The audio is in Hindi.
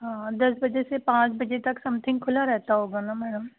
हाँ दस बजे से पाँच बजे तक समथिंग खुला रहता होगा ना मैडम